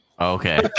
Okay